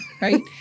right